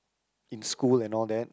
in school and all that